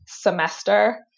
semester